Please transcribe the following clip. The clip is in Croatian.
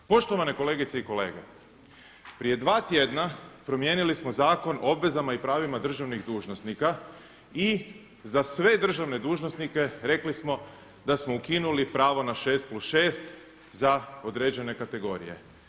Poštovane kolegice i kolege, prije 2 tjedna promijenili smo Zakon o obvezama i pravima državnih dužnosnika i za sve državne dužnosnike rekli smo da smo ukinuli pravo na 6+6 za određene kategorije.